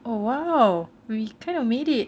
oh !wow! we kind of made it